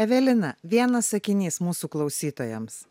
evelina vienas sakinys mūsų klausytojams